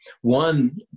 one